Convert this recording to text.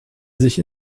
sich